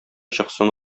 чыксын